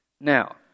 Now